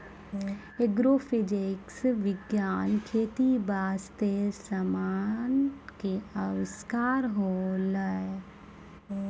agrophysics विज्ञान खेती बास्ते समान के अविष्कार होलै